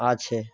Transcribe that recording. আছে